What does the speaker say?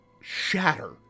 shatter